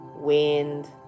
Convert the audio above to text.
Wind